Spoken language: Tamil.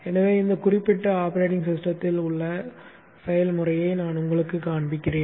எனவே இந்த குறிப்பிட்ட ஆப்பரேட்டிங் சிஸ்டத்தில் உள்ள செயல்முறையை நான் உங்களுக்குக் காண்பிப்பேன்